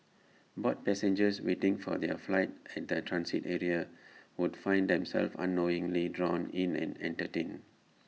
bored passengers waiting for their flight at the transit area would find themselves unknowingly drawn in and entertained